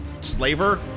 slaver